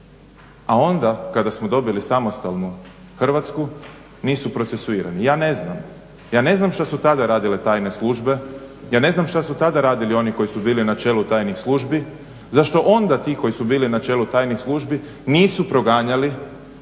a onda kada smo dobili samostalnu Hrvatsku nisu procesuirani. Ja ne znam šta su tada radile tajne službe, ja ne znam šta su tada radili oni koji su bili na čelu tajnih službi, zašto onda ti koji su bili na čelu tajnih službi nisu proganjali ubojice.